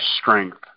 strength